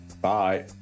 Bye